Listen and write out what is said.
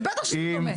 זה בטח שזה דומה.